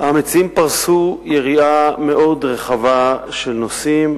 המציעים פרסו יריעה מאוד רחבה של נושאים,